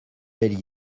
belle